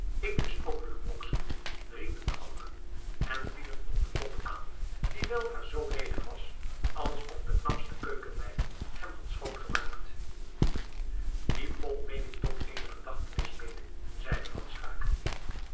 ik lust ook wel een brokske riepen de anderen en vielen op den pot aan die weldra zoo ledig was alsof de knapste keukenmeid hem had schoongemaakt dien pot neem ik tot eene gedachtenis mede zeide van schaeck